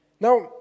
Now